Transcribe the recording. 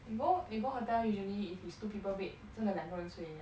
you go you go hotel usually if it's two people bed 真的两个睡而已 ah